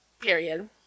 period